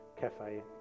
cafe